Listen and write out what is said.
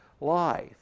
life